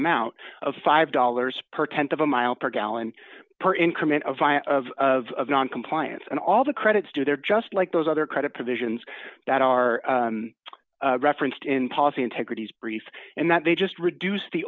amount of five dollars per th of a mile per gallon per increment of my of of noncompliance and all the credits do there just like those other credit provisions that are referenced in policy integrities briefs and that they just reduce the